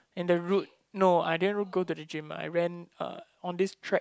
and the route no I didn't go to the gym I ran uh on this track